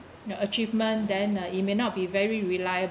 the achievement then uh it may not be very reliable